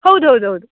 ಹೌದು ಹೌದು ಹೌದು